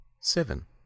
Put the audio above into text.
Seven